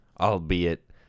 albeit